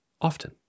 often